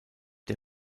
der